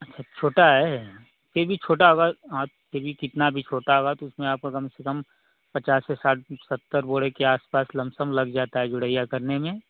अच्छा छोटा है फिर भी छोटा होगा आप फिर भी कितना भी छोटा होगा तो उसमें आपका कम से कम पचास से साठ सत्तर बोरे के आस पास लम सम लग जाता है जोड़इया करने में